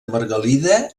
margalida